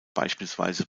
beispielsweise